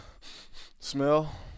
Smell